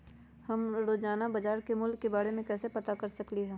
हम रोजाना बाजार के मूल्य के के बारे में कैसे पता कर सकली ह?